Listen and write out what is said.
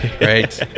right